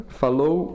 falou